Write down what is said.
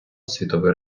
світовий